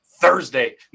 Thursday